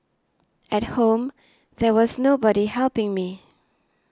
at home there was nobody helping me